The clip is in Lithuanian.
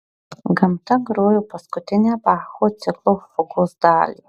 gamta grojo paskutinę bacho ciklo fugos dalį